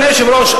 אדוני היושב-ראש,